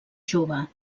jove